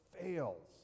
fails